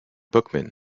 bookman